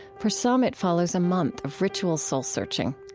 for some, it follows a month of ritual soul-searching.